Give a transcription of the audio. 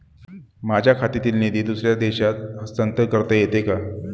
माझ्या खात्यातील निधी दुसऱ्या देशात हस्तांतर करता येते का?